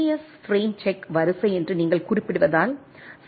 S frame check வரிசை என்று நீங்கள் குறிப்பிடுவதால் சி